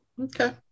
Okay